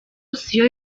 siyo